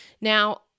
Now